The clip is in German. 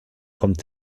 kommt